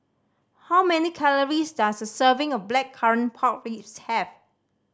how many calories does a serving of Blackcurrant Pork Ribs have